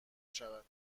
شود